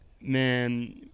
Man